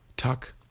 Tuck